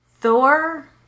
Thor